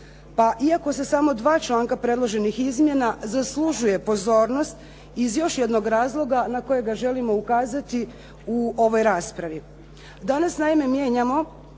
Pa iako su samo dva članka predloženih izmjena zaslužuje pozornost iz još jednog razloga na kojega želimo ukazati u ovoj raspravi. Danas naime mijenjamo